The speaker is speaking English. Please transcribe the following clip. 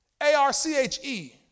A-R-C-H-E